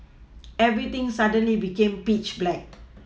everything suddenly became pitch black